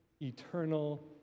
eternal